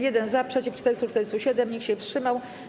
1 - za, przeciw - 447, nikt się wstrzymał.